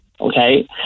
okay